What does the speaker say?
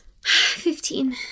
Fifteen